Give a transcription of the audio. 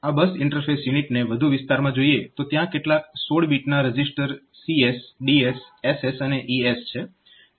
આ bus interface યુનિટને વધુ વિસ્તારમાં જોઈએ તો ત્યાં કેટલાક 16 બીટના રજીસ્ટર CS DS SS અને ES છે